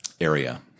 area